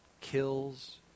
kills